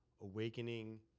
awakening